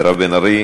מירב בן ארי,